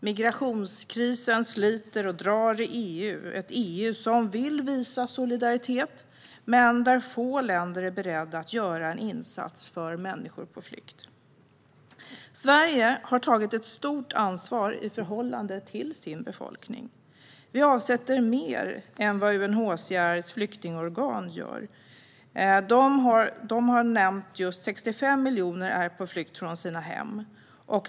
Migrationskrisen sliter och drar i EU, ett EU som vill visa solidaritet men där få länder är beredda att göra en insats för människor på flykt. Sverige har tagit ett stort ansvar i förhållande till sin befolkning. Vi avsätter mer än vad UNHCR:s flyktingorgan gör. UNHCR har uppgett att 65 miljoner är på flykt från sina hem.